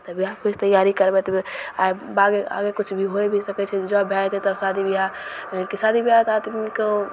तऽ बिहार पुलिस तैआरी करबै तऽ ब आइ बागे आगे किछु भी होइ भी सकै छै जॉब भै जएतै तब शादी बिआह कि शादी बिआह तऽ आदमीके ओ